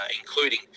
including